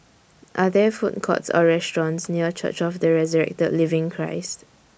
Are There Food Courts Or restaurants near Church of The Resurrected Living Christ